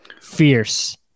Fierce